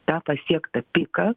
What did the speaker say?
tą pasiektą piką